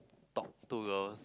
talk to girls